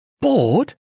Bored